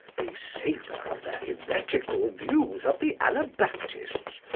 they savour of the heretical views of the anabaptists,